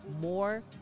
more